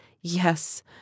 Yes